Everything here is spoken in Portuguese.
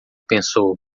pensou